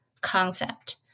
concept